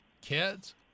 kids